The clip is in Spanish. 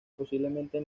posiblemente